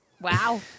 Wow